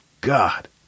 God